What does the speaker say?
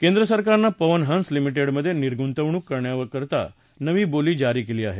केंद्रसरकारनं पवन हंस लिमिटेडमधे निर्गृतवणूक करण्याकरता नवी बोली जारी केली आहे